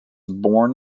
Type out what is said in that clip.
born